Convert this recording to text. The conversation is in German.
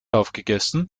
aufgegessen